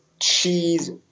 cheese